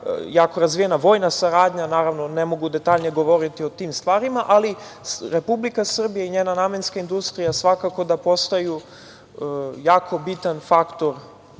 jako razvijena vojna saradnja. Naravno, ne mogu detaljnije govoriti o tim stvarima, ali Republika Srbija i njena namenska industrija svakako da postaju jako bitan faktor